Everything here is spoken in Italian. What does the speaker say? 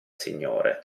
signore